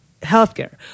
healthcare